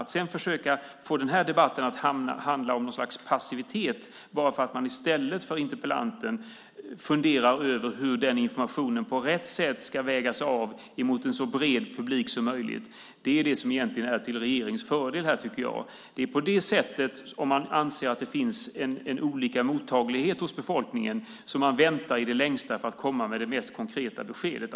Vi ska inte försöka få den här debatten att handla om något slags passivitet bara för att regeringen i motsats till interpellanten funderar över hur informationen på rätt sätt ska vägas av mot en så bred publik som möjligt. Det är egentligen det som är till regeringens fördel här, tycker jag. Det är på grund av att man anser att det finns olika mottaglighet hos befolkningen som man väntar i det längsta med att komma med det mest konkreta beskedet.